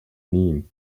name